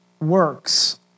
works